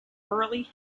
early